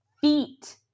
feet